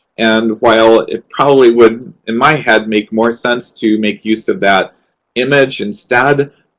and while it probably would, in my head, make more sense to make use of that image instead,